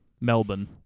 Melbourne